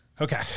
Okay